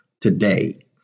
today